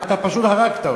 אתה פשוט הרגת אותו.